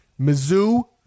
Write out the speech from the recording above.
Mizzou